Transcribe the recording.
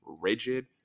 rigid